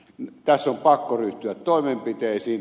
tässä on pakko ryhtyä toimenpiteisiin